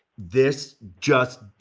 this just,